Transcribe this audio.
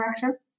director